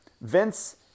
Vince